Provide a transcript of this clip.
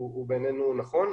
בעינינו זה נכון.